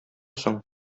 соң